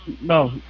no